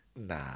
Nah